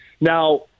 now